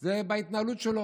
זה ההתנהלות שלו,